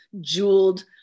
jeweled